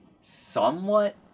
somewhat